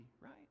right